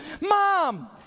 Mom